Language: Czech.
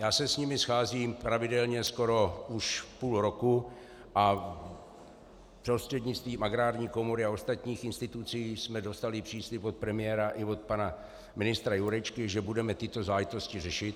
Já se s nimi scházím pravidelně skoro už půl roku a prostřednictvím Agrární komory a ostatních institucí jsme dostali příslib od premiéra i od pana ministra Jurečky, že budeme tyto záležitosti řešit.